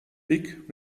big